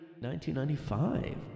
1995